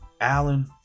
Allen